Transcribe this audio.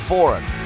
Forum